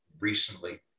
recently